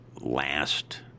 last